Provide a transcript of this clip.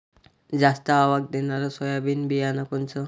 जास्त आवक देणनरं सोयाबीन बियानं कोनचं?